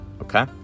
okay